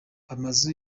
amazu